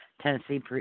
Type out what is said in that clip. Tennessee